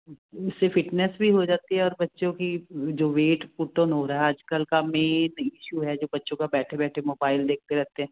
ਉਸ ਸੇ ਫਿਟਮੈੱਨ ਵੀ ਹੋ ਜਾਤੀ ਹੈ ਔਰ ਬੱਚੋਂ ਕੀ ਜੋ ਵੇਟ ਹੋ ਰਹਾ ਆਜ ਕੱਲ ਕੰਮ ਏ ਤੇ ਈਸ਼ੂ ਹੈ ਬੱਚੋ ਕਾ ਬੈਠੇ ਬੈਠੇ ਮੋਬਾਇਲ ਦੇਖਤੇ ਰਹਿਤੇ ਹੈ